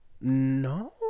no